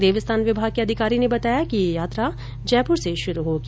देवस्थान विर्माग के अधिकारी ने बताया कि यह यात्रा जयपुर से शुरू होगी